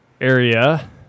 area